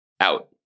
out